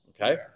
okay